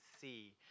see